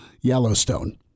Yellowstone